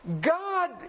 God